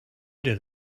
did